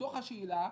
בתוך השאלה,